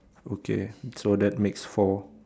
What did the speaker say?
okay so that makes four